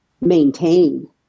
maintain